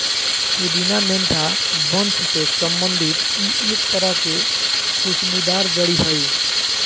पुदीना मेंथा वंश से संबंधित ई एक तरह के खुशबूदार जड़ी हइ